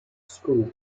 school